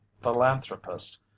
philanthropist